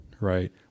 right